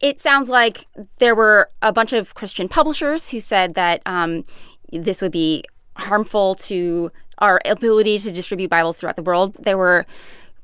it sounds like there were a bunch of christian publishers who said that um this would be harmful to our ability to distribute bibles throughout the world. there were